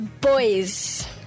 boys